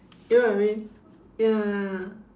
you know what I mean ya